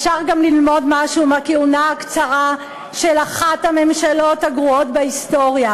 אפשר גם ללמוד משהו מהכהונה הקצרה של אחת הממשלות הגרועות בהיסטוריה: